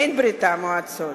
אין בברית-המועצות.